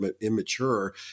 immature